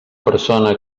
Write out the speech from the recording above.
persona